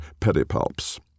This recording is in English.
pedipalps